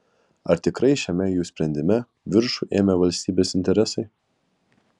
ar tikrai šiame jų sprendime viršų ėmė valstybės interesai